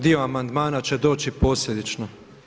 Dio amandmana će doći posljedično.